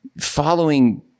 following